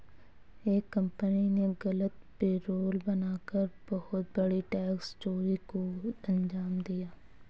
एक कंपनी ने गलत पेरोल बना कर बहुत बड़ी टैक्स चोरी को अंजाम दिया